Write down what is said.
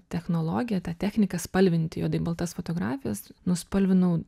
technologiją tą techniką spalvint juodai baltas fotografijas nuspalvinau